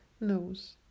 knows